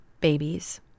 babies